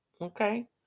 Okay